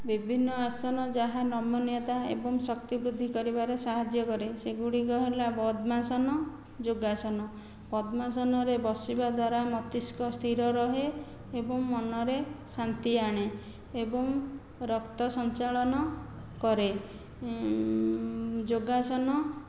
ବିଭିନ୍ନ ଆସନ ଯାହା ନାମନୀୟତା ଏବଂ ଶକ୍ତି ବୃଦ୍ଧି କରିବାରେ ସାହାଯ୍ୟ କରେ ସେଗୁଡ଼ିକ ହେଲା ପଦ୍ମାସନ ଯୋଗାସନ ପଦ୍ମାସନରେ ବସିବା ଦ୍ଵାରା ମସ୍ତିଷ୍କ ସ୍ଥିର ରହେ ଏବଂ ମନରେ ଶାନ୍ତି ଆଣେ ଏବଂ ରକ୍ତ ସଂଚାଳନ କରେ ଯୋଗାସନ